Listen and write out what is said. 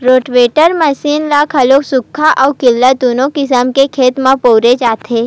rotavator machine ल घलो सुख्खा अउ गिल्ला दूनो किसम के खेत म बउरे जाथे